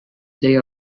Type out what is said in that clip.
they